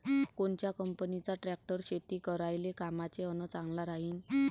कोनच्या कंपनीचा ट्रॅक्टर शेती करायले कामाचे अन चांगला राहीनं?